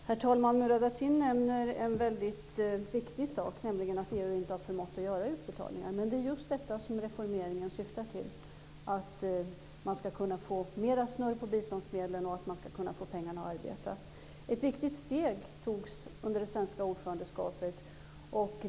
Herr talman! Murad Artin nämner en väldigt viktig sak, nämligen att EU inte har förmått att göra utbetalningar. Men reformeringen syftar just till att man ska kunna få mer snurr på biståndsmedlen och att man ska kunna få pengarna att arbeta. Ett viktigt steg togs under det svenska ordförandeskapet.